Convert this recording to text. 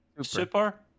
Super